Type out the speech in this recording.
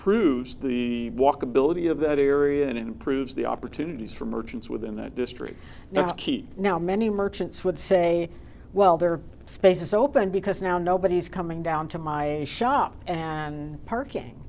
proves the walkability of that area and it improves the opportunities for merchants within that district that's key now many merchants would say well their space is open because now nobody is coming down to my shop and parking